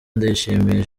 ndayishimiye